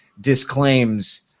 disclaims